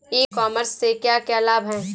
ई commerce से क्या क्या लाभ हैं?